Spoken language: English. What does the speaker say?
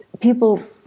people